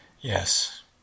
Yes